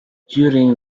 during